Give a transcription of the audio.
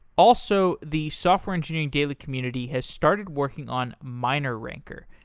also, the software engineering daily community has started working on mineranker.